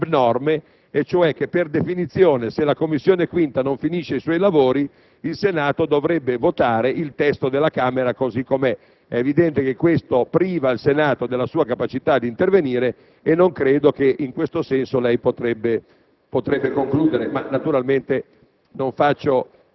evidentemente abnorme e cioè che, per definizione, se la 5a Commissione non finisce i suoi lavori, il Senato dovrebbe votare il testo dalla Camera così com'è. È evidente che ciò priva il Senato della sua capacità di intervenire e non credo che in tal senso lei, signor Presidente, potrebbe concludere. Naturalmente,